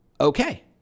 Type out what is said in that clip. Okay